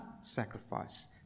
sacrifice